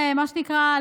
מה שנקרא,